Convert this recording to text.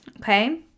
Okay